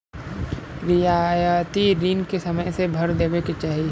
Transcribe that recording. रियायती रिन के समय से भर देवे के चाही